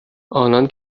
آنان